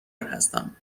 هستم